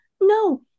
no